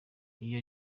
iyo